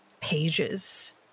pages